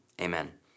Amen